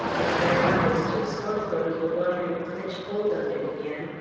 and my arm was too sore for me to want her to clinch hold on it again.